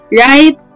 right